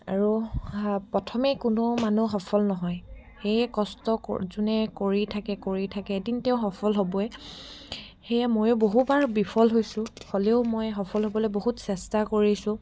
আৰু প্ৰথমে কোনো মানুহ সফল নহয় সেয়ে কষ্ট যোনে কৰি থাকে কৰি থাকে এদিন তেওঁ সফল হ'বই সেয়ে ময়ো বহুবাৰ বিফল হৈছোঁ হ'লেও মই সফল হ'বলৈ বহুত চেষ্টা কৰিছোঁ